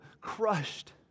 crushed